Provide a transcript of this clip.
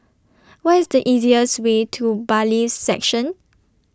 What IS The easiest Way to Bailiffs' Section